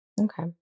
Okay